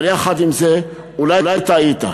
אבל יחד עם זה אולי טעית,